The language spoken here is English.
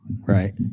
Right